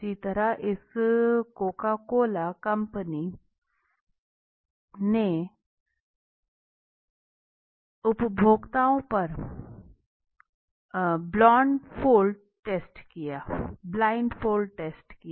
इसी तरह इस कोक कंपनी ने भी उपभोक्ताओं पर ब्लाइंड फोल्ड टेस्ट किया